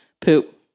poop